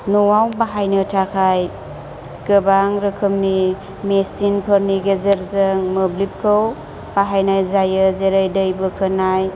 न'आव बाहायनो थाखाय गोबां रोखोमनि मेचिन फोरनि गेजेरजों मोब्लिबखौ बाहायनाय जायो जेरै दै बोखोनाय